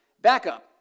backup